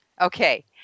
Okay